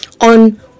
on